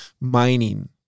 mining